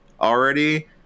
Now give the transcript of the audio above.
already